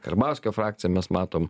karbauskio frakciją mes matom